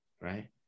right